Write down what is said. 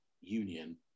Union